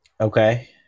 Okay